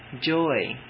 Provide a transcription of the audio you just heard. Joy